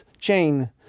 chain